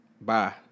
Bye